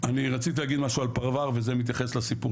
אני רציתי לומר משהו על פרבר וזה מתייחס לסיפור